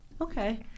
Okay